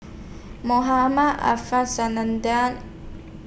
Mohamed Ariff